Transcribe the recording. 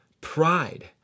pride